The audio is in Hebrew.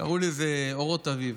קראו לזה "אורות אביב"